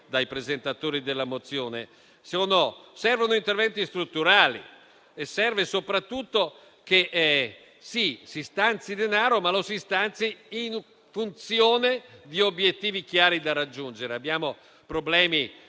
dai presentatori della mozione. Servono interventi strutturali e serve soprattutto che si stanzi denaro, ma in funzione di obiettivi chiari da raggiungere. Abbiamo problemi